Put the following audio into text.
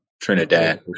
Trinidad